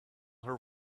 her